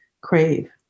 crave